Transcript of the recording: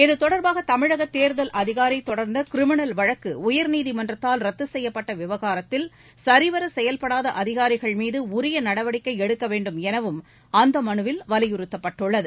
இது தொடர்பாக தமிழக தேர்தல் அதிகாரி தொடர்ந்த கிரிமினல் வழக்கு உயர்நீதிமன்றத்தால் ரத்து செய்யப்பட்ட விவகாரத்தில் சரிவர செயல்படாத அதிகாரிகள் மீது உரிய நடவடிக்கை எடுக்க வேண்டும் எனவும் அந்த மனுவில் வலியுறத்தப்பட்டுள்ளது